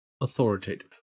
authoritative